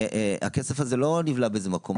והכסף הזה לא נבלע באיזה מקום,